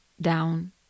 down